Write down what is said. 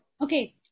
Okay